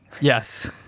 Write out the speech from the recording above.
Yes